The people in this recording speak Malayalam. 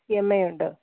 ഇ എം ഐ ഉണ്ട്